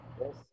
yes